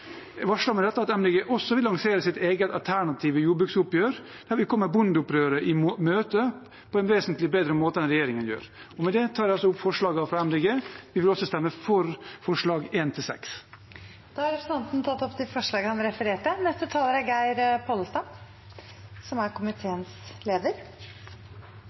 med dette at Miljøpartiet De Grønne også vil lansere sitt eget alternative jordbruksoppgjør der vi kommer bondeopprøret i møte på en vesentlig bedre måte enn regjeringen gjør. Med det tar jeg opp forslagene fra Miljøpartiet De Grønne. Vi vil også stemme for forslagene nr. 1 –6. Da har representanten Per Espen Stoknes tatt opp de forslagene han refererte til. Det kan verka som